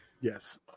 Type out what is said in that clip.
Yes